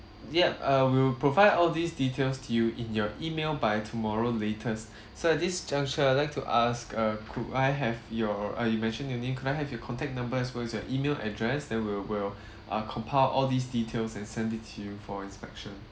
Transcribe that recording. yup uh we'll provide all these details to you in your E-mail by tomorrow latest so at this juncture I'd like to ask uh could I have your uh you mentioned you name could I have your contact number as well as your E-mail address then we'll we'll uh compile all these details and send it to you for inspection